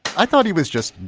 i thought he was just,